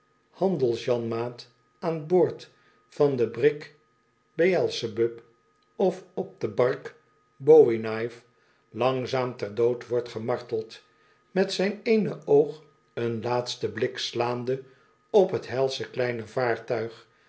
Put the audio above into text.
arme handels janmaat aan boord van de brik beëlscbub of op de bark bowie knife langzaam ter dood wordt gemarteld met zijn oene oog een laatsten blik slaande op t helsche kleine vaartuig